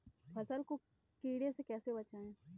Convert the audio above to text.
फसल को कीड़े से कैसे बचाएँ?